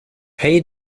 pei